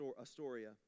Astoria